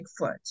bigfoot